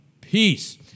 Peace